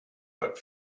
but